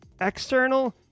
external